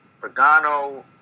Pagano